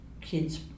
kids